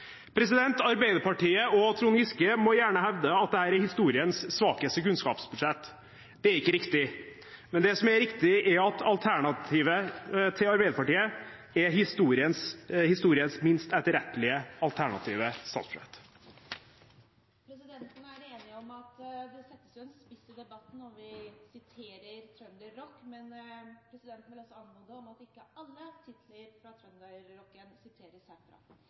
Arbeiderpartiet og Trond Giske må gjerne hevde at dette er historiens svakeste kunnskapsbudsjett. Men det er ikke riktig. Det som er riktig, er at alternativet til Arbeiderpartiet er historiens minst etterrettelige alternative statsbudsjett. Presidenten er enig i at det setter en spiss på debatten at man siterer trønderrock, men presidenten vil også anmode om at ikke alle titler fra